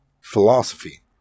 Philosophy